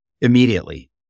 immediately